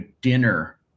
dinner